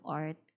art